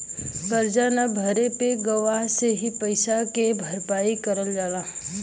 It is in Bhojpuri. करजा न भरे पे गवाह से ही पइसा के भरपाई कईल जाला